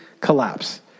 collapse